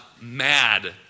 mad